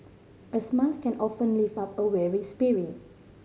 a smile can often lift up a weary spirit